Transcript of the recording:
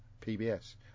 PBS